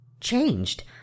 changed